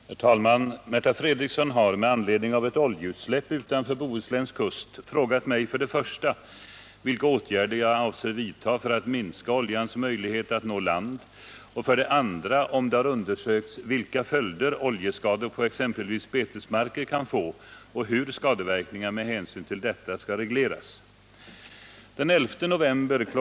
Herr talman! Märta Fredrikson har — med anledning av ett oljeutsläpp utanför Bohusläns kust — frågat mig för det första vilka åtgärder jag avser vidta för att minska oljans möjlighet att nå land och för det andra om det har undersökts vilka följder oljeskador på exempelvis betesmarker kan få och hur skadeverkningar med hänsyn till detta skall regleras. Den 11 november kl.